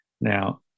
Now